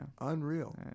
unreal